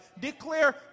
Declare